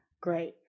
Great